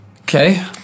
Okay